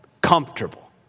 comfortable